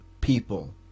people